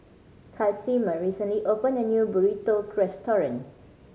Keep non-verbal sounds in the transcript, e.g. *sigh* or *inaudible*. Casimer recently opened a new Burrito *unintelligible*